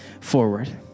forward